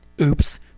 Oops